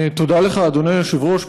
תודה לך, אדוני היושב-ראש.